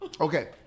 Okay